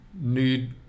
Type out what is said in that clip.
need